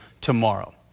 tomorrow